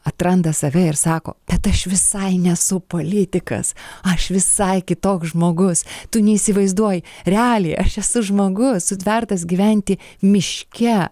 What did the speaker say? atranda save ir sako bet aš visai nesu politikas aš visai kitoks žmogus tu neįsivaizduoji realiai aš esu žmogus sutvertas gyventi miške